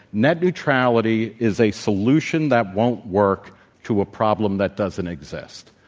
net neutrality is a solution that won't work to a problem that doesn't exist.